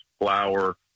flour